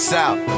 South